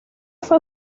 fue